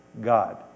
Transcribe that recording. God